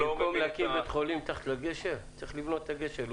במקום להקים בית חולים מתחת לגשר צריך לבנות את הגשר.